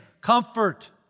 comfort